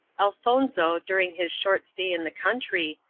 elfonzo, during his short stay in the country,